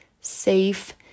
safe